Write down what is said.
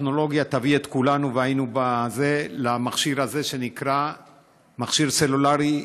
הטכנולוגיה תביא את כולנו למכשיר הזה שנקרא מכשיר סלולרי,